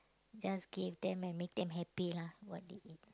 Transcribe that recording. just give them and make them happy lah what they eat